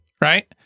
right